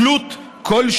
של תלות כלשהי,